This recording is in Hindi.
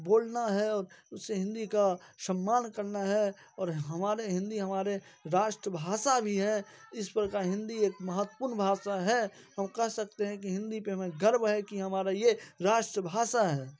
बोलना है उसे हिंदी का सम्मान करना है और हमारे हिंदी हमारे राष्ट्रभाषा भी है इस पर का हिंदी एक महत्वपूर्ण भाषा है हम कह सकते हैं की हिंदी पर हमे गर्व है कि हमारा यह राष्ट्रभाषा है